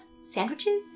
sandwiches